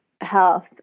health